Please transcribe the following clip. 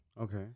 Okay